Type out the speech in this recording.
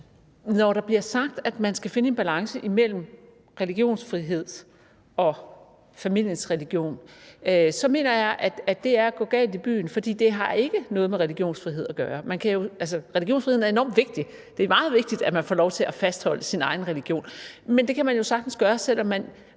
Når det bliver sagt, at man skal finde en balance mellem religionsfrihed og familiens religion, så mener jeg, at det er at gå galt i byen, for det har ikke noget med religionsfrihed at gøre. Religionsfriheden er enormt vigtig. Det er meget vigtigt, at man får lov til at fastholde sin egen religion. Men det kan man jo sagtens gøre, selv om man